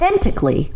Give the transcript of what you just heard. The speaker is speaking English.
authentically